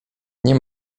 nie